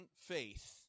faith